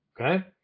Okay